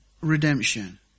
redemption